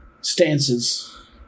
stances